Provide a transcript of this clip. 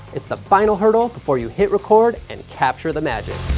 it's the final hurdle before you hit record and capture the magic.